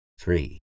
Three